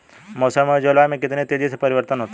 मौसम और जलवायु में कितनी तेजी से परिवर्तन होता है?